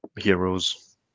heroes